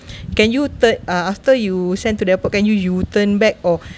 can you turn ah after you sent to the airport can you U turn back or